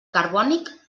carbònic